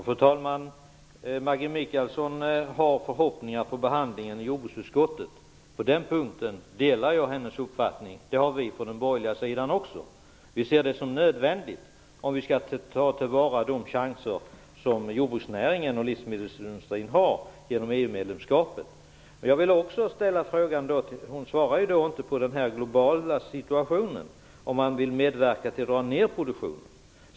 Fru talman! Maggi Mikaelsson har förhoppningar på behandlingen i jordbruksutskottet. På den punkten delar jag hennes uppfattning. Det har vi på den borgerliga sidan också. Vi ser det som nödvändigt och vi skall ta tillvara de chanser som jordbruksnäringen och livsmedelsindustrin har genom EU-medlemskapet. Maggi Mikaelsson svarade inte på frågan om den globala situationen och om Vänsterpartiet vill medverka till att dra ned produktionen.